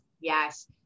Yes